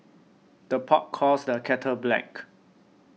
the pot calls the kettle black